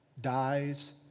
dies